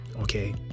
okay